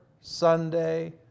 Sunday